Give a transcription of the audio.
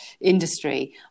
industry